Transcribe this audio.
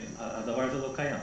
הדבר הזה לא קיים,